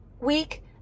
week